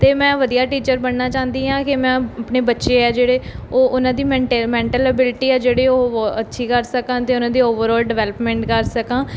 ਅਤੇ ਮੈਂ ਵਧੀਆ ਟੀਚਰ ਬਣਨਾ ਚਾਹੁੰਦੀ ਹਾਂ ਕਿ ਮੈਂ ਆਪਣੇ ਬੱਚੇ ਹੈ ਜਿਹੜੇ ਉਹ ਉਹਨਾਂ ਦੀ ਮੈਂਟੇ ਮੈਂਟਲ ਐਬਿਲਟੀ ਆ ਜਿਹੜੇ ਉਹ ਅ ਅੱਛੀ ਕਰ ਸਕਾਂ ਅਤੇ ਉਹਨਾਂ ਦੀ ਓਵਰਆਲ ਡਿਵੈਲਪਮੈਂਟ ਕਰ ਸਕਾਂ